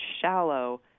shallow